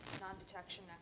non-detection